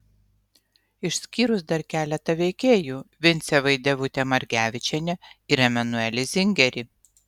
išskyrus dar keletą veikėjų vincę vaidevutę margevičienę ir emanuelį zingerį